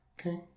okay